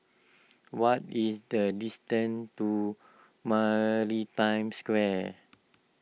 what is the distance to Maritime Square